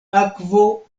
akvo